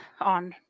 on